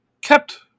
kept